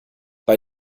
bei